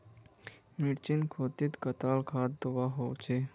मिर्चान खेतीत कतला खाद दूबा होचे?